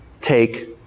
take